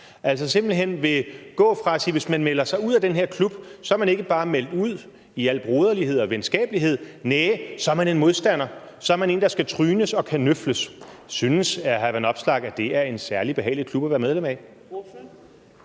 altså som simpelt hen vil sige: Hvis man melder sig ud af den her klub, er man ikke bare meldt ud i al broderlighed og venskabelighed, næh, så er man en modstander, så er man én, der skal trynes og kanøfles. Synes hr. Alex Vanopslagh, at det er en særlig behagelig klub at være medlem af?